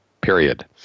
period